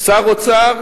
שר אוצר,